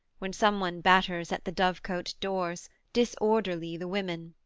when some one batters at the dovecote-doors, disorderly the women.